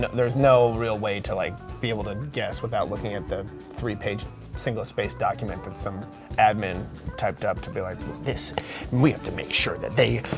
there's no real way to like be able to guess without looking at the three-page single-space document that some admin typed up to be like this, and we have to make sure that they,